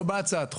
לא בהצעת החוק.